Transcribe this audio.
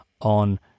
on